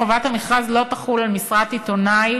חובת המכרז לא תחול על משרת עיתונאי,